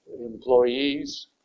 employees